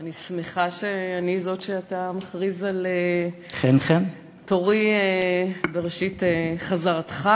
אני שמחה שאני זאת שאתה מכריז על תורי בראשית חזרתך.